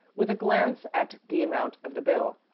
with a glance at the amount of the bill,